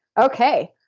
okay.